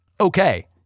Okay